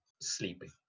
sleeping